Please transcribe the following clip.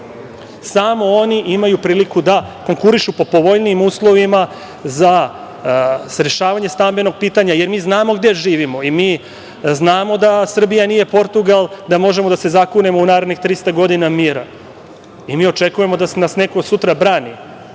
oni imaju priliku da konkurišu po povoljnijim uslovima za rešavanje stambenog pitanja, jer mi znamo gde živimo. Mi znamo da Srbija nije Portugal, da možemo da se zakunemo u narednih 300 godina mira. Mi očekujemo da nas neko sutra brani,